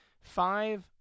five